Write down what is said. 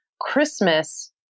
Christmas